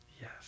Yes